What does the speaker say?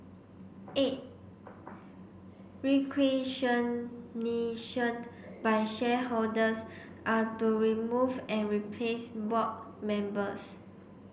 eight by shareholders are to remove and replace board members